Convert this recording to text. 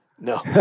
no